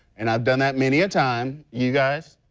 and i've done that many a times. you guys?